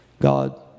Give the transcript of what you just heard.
God